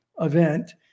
event